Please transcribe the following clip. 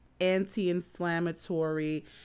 anti-inflammatory